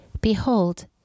Behold